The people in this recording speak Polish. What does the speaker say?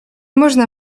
można